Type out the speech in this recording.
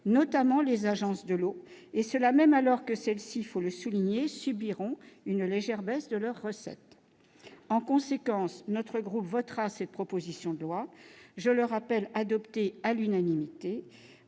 notamment les agences de l'eau, et cela même alors que celle-ci, il faut le souligner subiront une légère baisse de leurs recettes en conséquence notre groupe votera cette proposition de loi, je le rappelle, adopté à l'unanimité